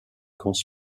camps